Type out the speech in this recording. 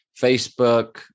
Facebook